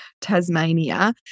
Tasmania